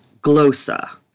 glosa